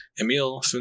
Emil